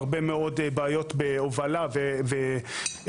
הרבה מאוד בעיות בהובלה ושינוע.